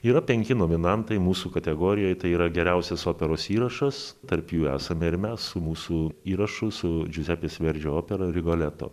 yra penki nominantai mūsų kategorijoj tai yra geriausias operos įrašas tarp jų esame ir mes su mūsų įrašu su džiuzepės verdžio opera rigoleto